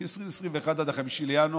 כי 2021 זה עד 5 בינואר.